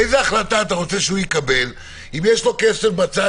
איזו החלטה אתה רוצה שהוא יקבל אם יש לו כסף בצד